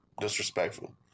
disrespectful